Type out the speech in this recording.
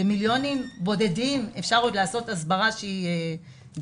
במיליונים בודדים אפשר עוד לעשות הסברה דרמטית.